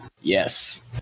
Yes